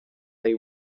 they